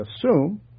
assume